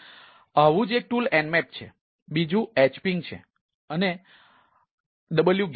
તેથી આવું જ એક ટૂલ nmap છે બીજું hping છે અને wget છે